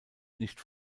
nicht